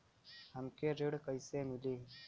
हमके ऋण कईसे मिली?